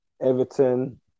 Everton